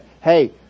hey